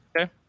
Okay